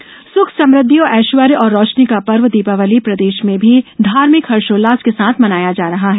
दीपावली सुख समृद्धि ऐश्वर्य और रौशनी का पर्व दीपावली देशभर में धार्भिक हर्षोल्लास के साथ मनाया जा रहा है